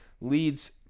leads